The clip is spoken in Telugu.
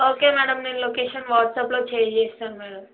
ఓకే మ్యాడమ్ నేను లొకేషన్ వాట్సాప్లో షేర్ చేస్తాను మ్యాడమ్